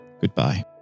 goodbye